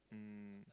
mm